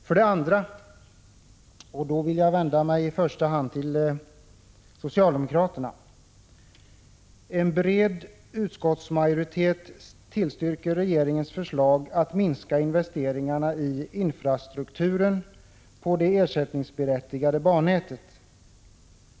För det andra — och då vill jag vända mig i första hand till socialdemokraterna: En bred utskottsmajoritet tillstyrker regeringens förslag att minska investeringarna i infrastrukturen på det ersättningsberättigade bannätet.